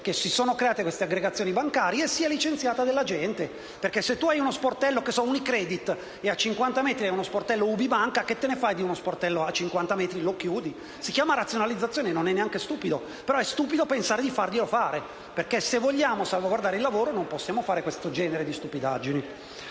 che si sono create queste aggregazioni bancarie, si è licenziata della gente. Infatti, se tu hai uno sportello, ad esempio di Unicredit, e a 50 metri hai uno sportello di UBI Banca, che te ne fai di due sportelli così vicini? Lo chiudi. Si chiama razionalizzazione e non è neanche stupido. È però stupido pensare di farglielo fare. Infatti, se vogliamo salvaguardare il lavoro non possiamo fare questo genere di stupidaggini.